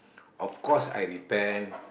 of course I repent